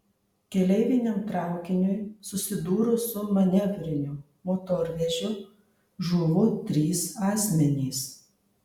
keleiviniam traukiniui susidūrus su manevriniu motorvežiu žuvo trys asmenys